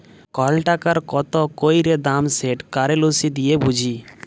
call টাকার কত ক্যইরে দাম সেট কারেলসি দিঁয়ে বুঝি